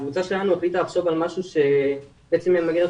הקבוצה שלנו החליטה לחשוב על משהו שימגר את